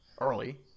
early